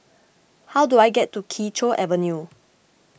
how do I get to Kee Choe Avenue